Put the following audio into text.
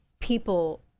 people